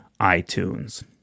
iTunes